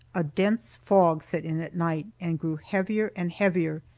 a dense fog set in at night, and grew heavier and heavier,